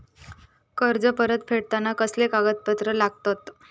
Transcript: कर्ज परत फेडताना कसले कागदपत्र लागतत?